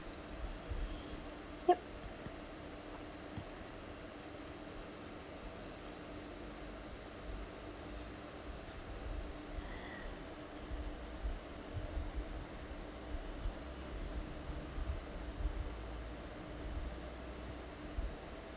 yup